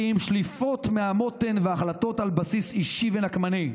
כי אם שליפות מהמותן והחלטות על בסיס אישי ונקמני,